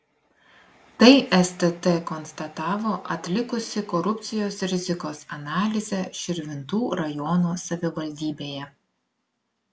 tai stt konstatavo atlikusi korupcijos rizikos analizę širvintų rajono savivaldybėje